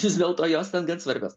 vis dėlto jos ten gan svarbios